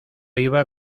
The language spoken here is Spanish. iba